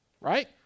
right